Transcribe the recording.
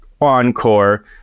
encore